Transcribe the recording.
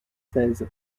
seize